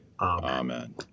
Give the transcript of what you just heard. Amen